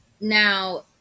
now